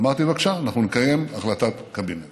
אמרתי: בבקשה, אנחנו נקיים החלטת קבינט